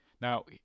Now